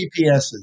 GPSs